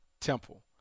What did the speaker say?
Temple